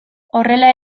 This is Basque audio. horrela